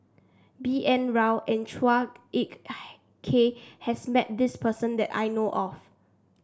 B N Rao and Chua Ek Kay has met this person that I know of